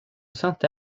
sainte